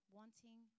wanting